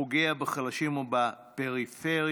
ופוגע בחלשים ובפריפריה,